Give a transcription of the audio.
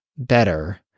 better